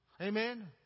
Amen